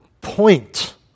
point